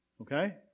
Okay